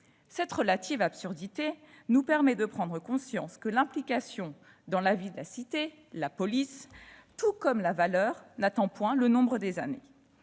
Cette relative absurdité nous permet de prendre conscience que l'implication dans la vie de la cité- la -, tout comme la valeur, n'attend point le nombre des années.